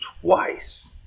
twice